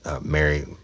Mary